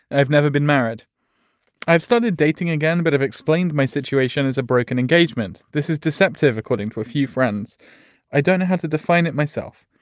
i've never been married i've started dating again. but i've explained my situation is a broken engagement. this is deceptive, according to a few friends i don't know how to define it myself.